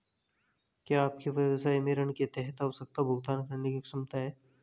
क्या आपके व्यवसाय में ऋण के तहत आवश्यक भुगतान करने की क्षमता है?